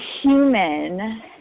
human